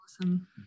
Awesome